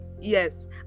Yes